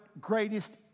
greatest